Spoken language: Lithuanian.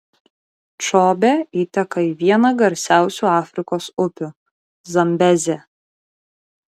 čobė įteka į vieną garsiausių afrikos upių zambezę